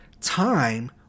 time